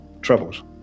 troubles